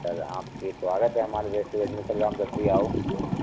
sir आपके स्वागत है हमारे रेस्टोरंट में सर आप जब भी आओ